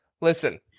Listen